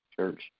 Church